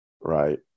right